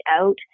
out